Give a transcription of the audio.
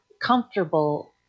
comfortable